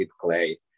Clay